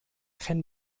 can